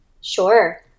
Sure